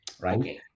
Right